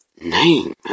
name